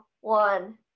one